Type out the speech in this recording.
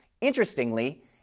Interestingly